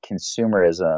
consumerism